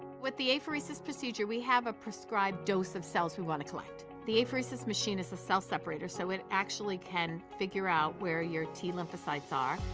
with the apheresis procedure we have a prescribed dose of cells we want to collect. the apheresis machine is a cell separator so it actually can figure out where your t lymphocytes are,